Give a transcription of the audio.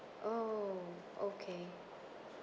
oh okay